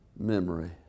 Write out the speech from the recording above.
memory